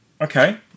okay